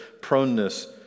proneness